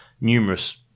numerous